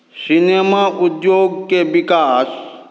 cinema उद्योगके विकास